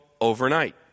overnight